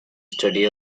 study